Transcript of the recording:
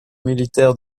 militaires